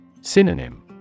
Synonym